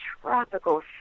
tropical